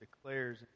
declares